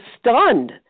stunned